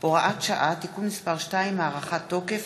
(הוראת שעה) (תיקון מס' 2) (הארכת תוקף),